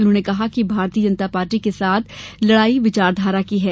उन्होंने कहा कि भारतीय जनता पार्टी के साथ लड़ाई विचारधारा की है